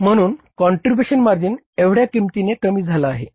म्हणून contribution margin एवढ्या किमतीने कमी झाला आहे